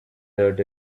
that